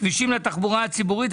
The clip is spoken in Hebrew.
כבישים לתחבורה הציבורית,